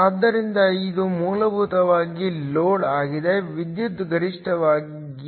ಆದ್ದರಿಂದ ಇದು ಮೂಲಭೂತವಾಗಿ ಲೋಡ್ ಆಗಿದೆ ವಿದ್ಯುತ್ ಗರಿಷ್ಠವಾಗಿದೆ